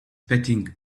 petting